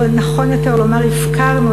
או נכון יותר לומר הפקרנו,